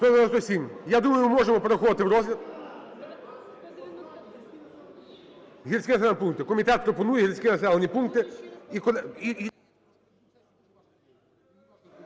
Я думаю, ми можемо переходити в розгляд.